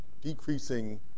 decreasing